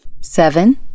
Seven